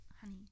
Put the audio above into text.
honey